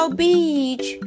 beach